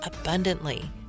abundantly